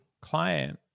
client